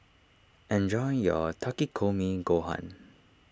enjoy your Takikomi Gohan